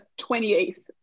28th